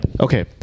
Okay